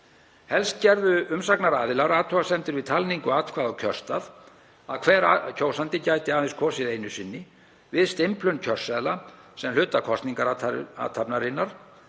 Helst gerðu umsagnaraðilar athugasemdir við talningu atkvæða á kjörstað, að hver kjósandi gæti aðeins kosið einu sinni og við stimplun kjörseðla sem hluta kosningarathafnarinnar.